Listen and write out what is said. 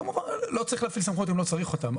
לא צריך להפעיל סמכויות אם לא צריך אותן,